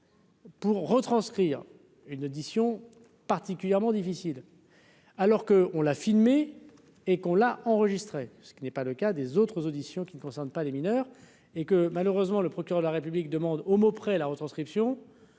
Pour retranscrire une audition particulièrement difficile alors que, on l'a filmé et qu'on l'a enregistré, ce qui n'est pas le cas des autres auditions qui ne concerne pas les mineurs. Et que malheureusement, le procureur de la République demande au mot près la retranscription,